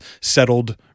settled